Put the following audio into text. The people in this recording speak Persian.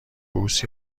بوس